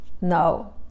no